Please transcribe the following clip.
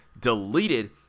deleted